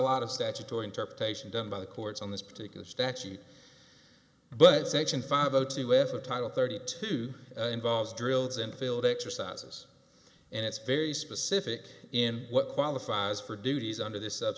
lot of statutory interpretation done by the courts on this particular statute but section five o t with a title thirty two involves drills and field exercises and it's very specific in what qualifies for duties under this sub